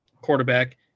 quarterback